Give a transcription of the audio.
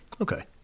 Okay